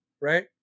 right